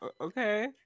okay